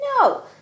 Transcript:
No